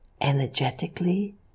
energetically